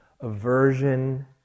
aversion